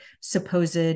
supposed